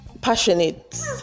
passionate